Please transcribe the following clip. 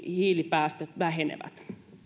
hiilipäästöt vähenevät